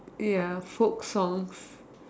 ya folk songs